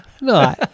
No